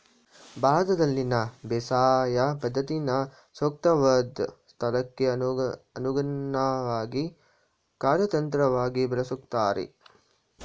ಭಾರತದಲ್ಲಿನ ಬೇಸಾಯ ಪದ್ಧತಿನ ಸೂಕ್ತವಾದ್ ಸ್ಥಳಕ್ಕೆ ಅನುಗುಣ್ವಾಗಿ ಕಾರ್ಯತಂತ್ರವಾಗಿ ಬಳಸ್ಕೊಳ್ತಾರೆ